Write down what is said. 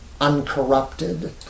uncorrupted